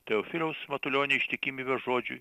teofiliaus matulionio ištikimybė žodžiui